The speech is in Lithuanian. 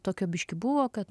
tokio biški buvo kad